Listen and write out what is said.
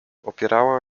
opierała